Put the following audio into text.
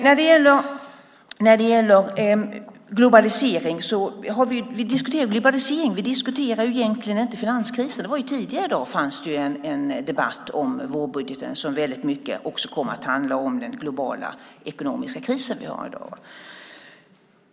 Här diskuterar vi globaliseringen, egentligen inte finanskrisen. Tidigare i dag var det däremot en debatt här om vårbudgeten - en debatt som väldigt mycket kom att handla också om den globala ekonomiska krisen i dag.